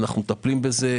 אנו מטפלים בזה.